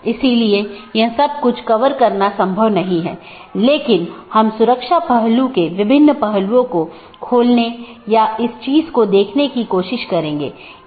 तो इस ईजीपी या बाहरी गेटवे प्रोटोकॉल के लिए लोकप्रिय प्रोटोकॉल सीमा गेटवे प्रोटोकॉल या BGP है